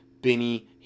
Benny